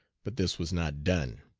but this was not done.